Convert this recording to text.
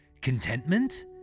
Contentment